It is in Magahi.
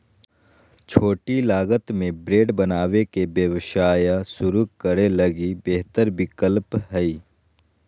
छोटी लागत में ब्रेड बनावे के व्यवसाय शुरू करे लगी बेहतर विकल्प हइ